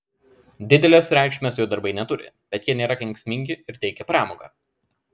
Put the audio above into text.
didelės reikšmės jo darbai neturi bet jie nėra kenksmingi ir teikia pramogą